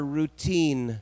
routine